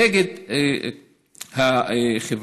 נגד החברה.